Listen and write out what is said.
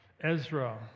Ezra